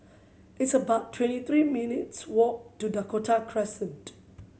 it's about twenty three minutes' walk to Dakota Crescent